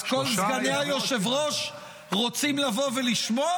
אז כל סגני היושב-ראש רוצים לבוא ולשמוע?